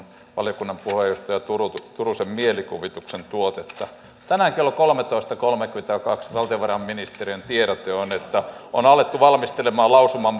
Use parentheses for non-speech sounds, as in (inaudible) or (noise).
valiokunnan puheenjohtaja turusen turusen mielikuvituksen tuotetta tänään kello kolmetoista kolmenkymmenenkahden valtiovarainministeriön tiedote on että on alettu valmistelemaan lausuman (unintelligible)